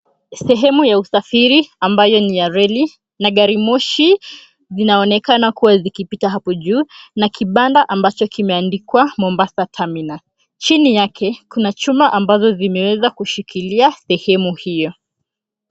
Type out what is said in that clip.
Sehemu ya usafiri ambayo ni ya reli na garimoshi zinaonekana kuwa zikipita hapo juu na kibanda ambacho kimeandikwa MOMBASA TERMINAL. Chini yake kuna chuma ambazo zimeweza kushikilia sehemu hio.